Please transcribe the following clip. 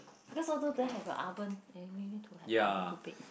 because I also don't have a oven and you need to have oven to bake